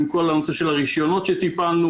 עם כל הנושא של הרישיונות שטיפלנו.